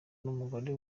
n’umugore